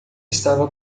estava